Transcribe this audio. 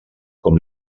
com